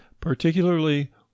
particularly